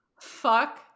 Fuck